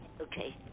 Okay